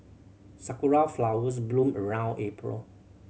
sakura flowers bloom around April